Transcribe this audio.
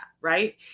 right